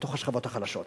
לתוך השכבות החלשות,